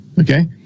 okay